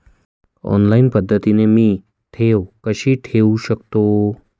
Online पद्धतीने मी ठेव कशी ठेवू शकतो?